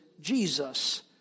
Jesus